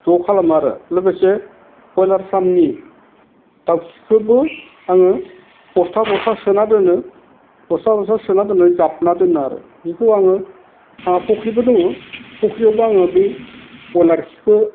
ज' खालामो आरो लोगोसे ब्रयलार पार्मनि दावखिखोबो आङो बस्था बस्था सोना दोनो बस्था बस्था सोना दोन्नानै जाबना दोनो आरो बेखौ आङो ओह फख्रिबो दङो फख्रियावबो आङो बे ब्रयलार खिखो